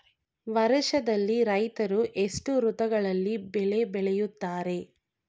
ವರ್ಷದಲ್ಲಿ ರೈತರು ಎಷ್ಟು ಋತುಗಳಲ್ಲಿ ಬೆಳೆ ಬೆಳೆಯುತ್ತಾರೆ?